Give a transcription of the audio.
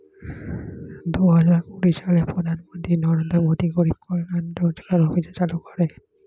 দুহাজার কুড়ি সালে প্রধানমন্ত্রী নরেন্দ্র মোদী গরিব কল্যাণ রোজগার অভিযান চালু করেন